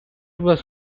was